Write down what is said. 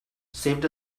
saved